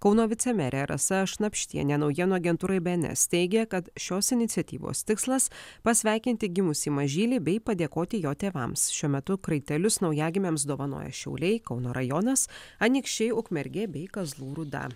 kauno vicemerė rasa šnapštienė naujienų agentūrai bns teigė kad šios iniciatyvos tikslas pasveikinti gimusį mažylį bei padėkoti jo tėvams šiuo metu kraitelius naujagimiams dovanoja šiauliai kauno rajonas anykščiai ukmergė bei kazlų rūda